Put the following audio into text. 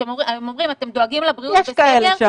הם אומרים, אתם דואגים לבריאות בסגר?